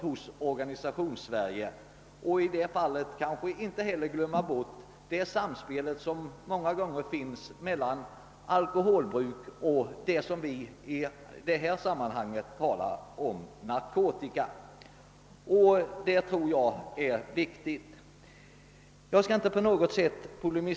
Det är viktigt att man inte heller glömmer bort det samspel som många gånger finns mellan alkoholmissbruk och det vi talar om i detta sammanhang — narkotika. Jag skall inte på något sätt polemisera mot de föregående talarna i denna fråga.